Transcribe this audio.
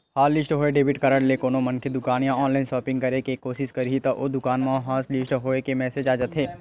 hotlist होए debit card ले कोनो मनखे दुकान या ऑनलाईन सॉपिंग करे के कोसिस करही त ओ दुकान म हॉटलिस्ट होए के मेसेज आ जाथे